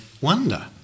wonder